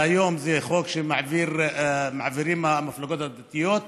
והיום זה חוק שמעבירות המפלגות הדתיות,